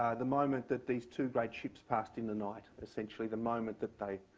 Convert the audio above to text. the moment that these two great ships passed in the night, essentially, the moment that they